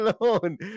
alone